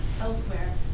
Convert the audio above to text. elsewhere